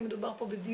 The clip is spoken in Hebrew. כי מדובר פה בדיור,